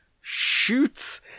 shoots